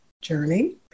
journey